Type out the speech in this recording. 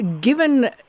Given